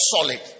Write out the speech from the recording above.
solid